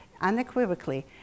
unequivocally